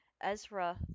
Ezra